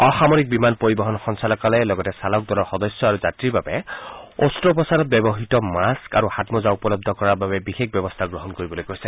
অসামৰিক বিমান পৰিবহণ সঞ্চালকালয়ে লগতে চালক দলৰ সদস্য আৰু যাত্ৰীৰ বাবে অস্ত্ৰোপচাৰত ব্যৱহৃত মাক্স আৰু হাতমোজাৰ উপলব্ধ কৰাৰ বাবে বিশেষ ব্যৱস্থা গ্ৰহণ কৰিবলৈ কৈছে